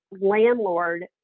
landlord